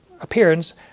appearance